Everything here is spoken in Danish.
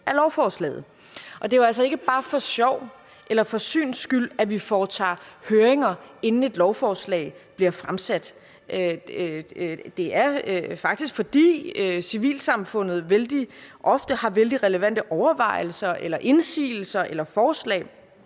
altså ikke bare for sjov eller for syns skyld, at vi foretager høringer, inden et lovforslag bliver fremsat. Det er faktisk, fordi civilsamfundet vældig ofte har vældig relevante overvejelser eller indsigelser eller forslag,